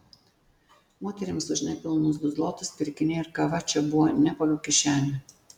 moterims už nepilnus du zlotus pirkiniai ir kava čia buvo ne pagal kišenę